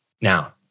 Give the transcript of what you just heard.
Now